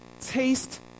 taste